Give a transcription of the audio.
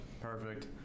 Perfect